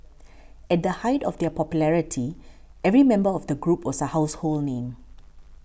at the height of their popularity every member of the group was a household name